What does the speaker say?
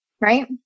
right